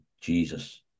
Jesus